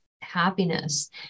happiness